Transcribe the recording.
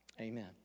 amen